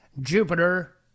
jupiter